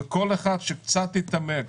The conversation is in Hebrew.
וכל אחד שקצת יתעמק